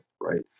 right